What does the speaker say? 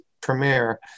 premiere